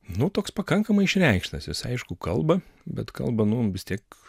nu toks pakankamai išreikštas jis aišku kalba bet kalba nu vis tiek